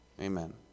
Amen